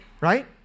Right